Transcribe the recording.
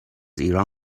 ایران